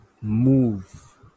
move